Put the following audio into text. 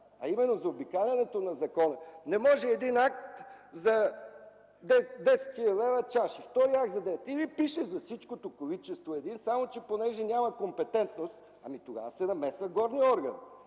а именно заобикалянето на закона... Не може един акт за 10 хил. лв., втори акт за 10 хил. лв. Или пише за всичкото количество един, само че понеже няма компетентност, тогава се намесва главният орган.